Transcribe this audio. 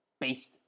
based